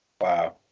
wow